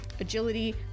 agility